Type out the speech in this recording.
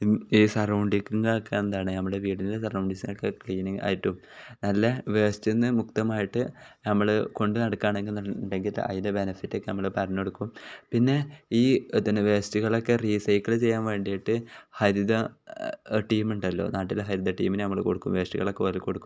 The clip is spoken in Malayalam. ഈ സറൌണ്ടിങ്ങ് ഒക്കെ എന്താണ് നമ്മുടെ വീടിന്റെ സറൌണ്ടിങ്ങ് ഒക്കെ ക്ലീൻ ആയിട്ടും നല്ല വേസ്റ്റിൽ നിന്ന് മുക്തമായിട്ട് നമ്മൾ കൊണ്ട് നടക്കുകയാണെന്ന് ഉണ്ടെങ്കിൽ അതിൻ്റെ ബെനഫിറ്റൊക്കെ നമ്മൾ പറഞ്ഞ് കൊടുക്കും പിന്നെ ഈ ഇ തന്നെ വേസ്റ്റുകളൊക്കെ റീസൈക്കിൾ ചെയ്യാൻ വേണ്ടിയിട്ട് ഹരിത ടീം ഉണ്ടല്ലോ നാട്ടിൽ ഹരിത ടീമിന് നമ്മൾ കൊടുക്കും വേസ്റ്റുകളൊക്കെ പോലെ കൊടുക്കും